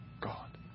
God